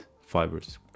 fibers